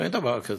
אין דבר כזה.